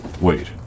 Wait